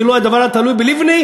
ואילו הדבר היה תלוי בלבני,